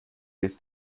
jetzt